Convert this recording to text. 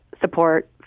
support